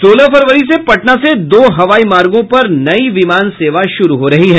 सोलह फरवरी से पटना से दो हवाई मार्गों पर नई विमान सेवा शुरू हो रही है